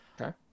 Okay